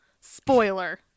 Spoiler